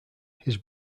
his